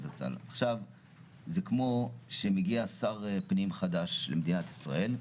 זה כמו שמגיע שר פנים חדש למדינת ישראל,